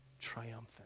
triumphant